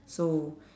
so